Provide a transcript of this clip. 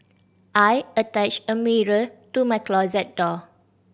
I attached a mirror to my closet door